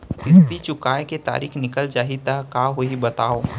किस्ती चुकोय के तारीक निकल जाही त का होही बताव?